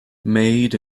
made